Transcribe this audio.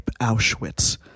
Auschwitz